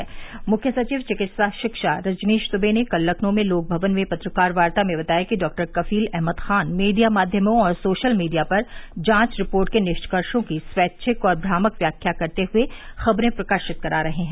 प्रमुख सचिव चिकित्सा शिक्षा रजनीश दुवे ने कल लखनउ में लोकभवन में पत्रकार वार्ता में बताया कि डॉ कफील अहमद खान मीडिया माध्यमों और सोशल मीडिया पर जांच रिपोर्ट के निष्कर्षो की स्वैच्छिक व भ्रामक व्याख्या करते हुए खबरें प्रकाशित करा रहे हैं